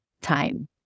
time